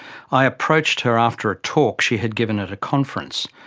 i approached her after a talk she had given at a conference.